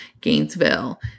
Gainesville